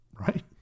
Right